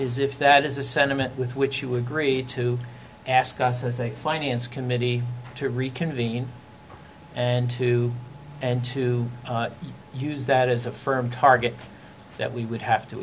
is if that is the sentiment with which you agree to ask us as a finance committee to reconvene and to and to use that as a firm target that we would have to